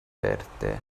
birthday